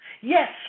Yes